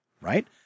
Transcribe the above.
right